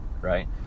right